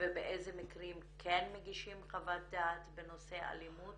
ובאיזה מקרים כן מגישים חוות דעת בנושא אלימות